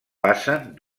passen